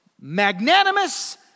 magnanimous